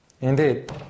Indeed